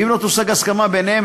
ואם לא תושג הסכמה ביניהם,